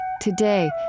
Today